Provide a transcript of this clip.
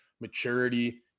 maturity